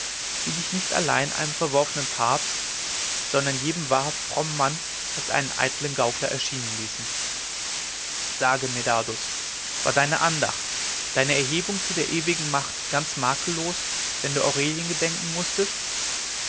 die dich nicht allein einem verworfenen papst sondern jedem wahrhaft frommen mann als einen eitlen gaukler erscheinen ließen sage medardus war deine andacht deine erhebung zu der ewigen macht ganz makellos wenn du aurelien gedenken mußtest